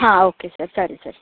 ಹಾಂ okay sir ಸರಿ ಸರಿ